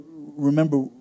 Remember